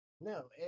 No